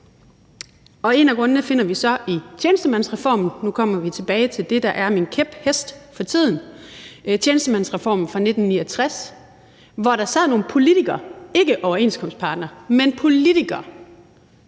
en af grundene finder vi så i tjenestemandsreformen, og nu kommer vi tilbage til det, der er min kæphest for tiden, nemlig tjenestemandsreformen fra 1969, hvor der sad nogle politikere, ikke overenskomstparter, men politikere